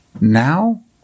Now